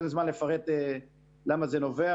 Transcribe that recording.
אין זמן לפרט למה זה נובע,